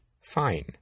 fine